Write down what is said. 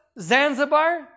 Zanzibar